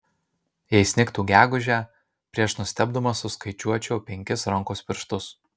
jei snigtų gegužę prieš nustebdamas suskaičiuočiau penkis rankos pirštus